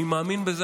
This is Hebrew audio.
אני מאמין בזה,